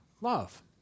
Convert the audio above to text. love